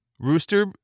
Rooster